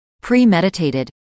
Premeditated